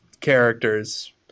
characters